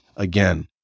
again